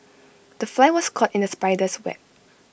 the fly was caught in the spider's web